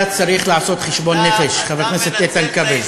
אתה צריך לעשות חשבון נפש, חבר הכנסת איתן כבל.